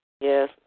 Yes